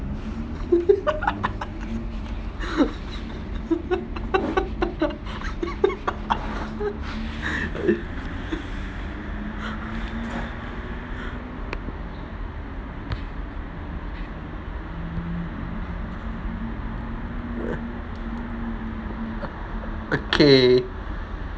okay